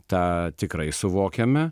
tą tikrai suvokiame